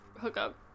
hookup